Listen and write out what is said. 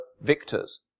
victors